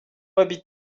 habites